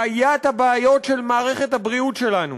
בעיית הבעיות של מערכת הבריאות שלנו